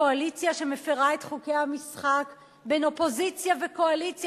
קואליציה שמפירה את חוקי המשחק בין אופוזיציה לקואליציה,